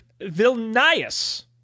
Vilnius